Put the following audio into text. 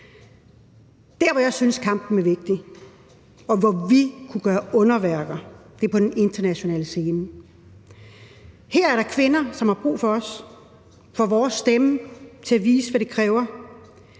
Der, hvor jeg synes kampen er vigtig, og hvor vi kunne gøre underværker, er på den internationale scene. Her er der kvinder, som har brug for os og for vores stemme til at vise, hvad det kræver,